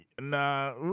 Nah